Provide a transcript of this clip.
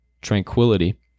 tranquility